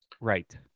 Right